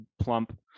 plump